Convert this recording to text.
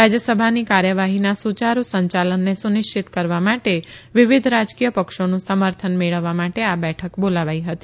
રાજયસભાની કાર્યવાહીના સૂચારૂ સંચાલનને સુનિશ્ચિત કરવા માટે વિવિધ રાજકીય પક્ષોનું સમર્થન મેળવવા માટે આ બેઠક બોલાવાઇ હતી